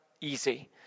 easy